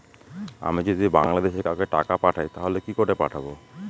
আমি যদি বাংলাদেশে কাউকে টাকা পাঠাই তাহলে কি করে পাঠাবো?